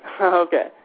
Okay